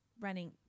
running